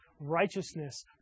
Righteousness